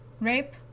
rape